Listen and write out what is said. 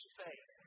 faith